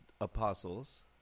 apostles